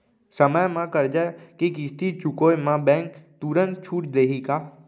समय म करजा के किस्ती चुकोय म बैंक तुरंत छूट देहि का?